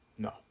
No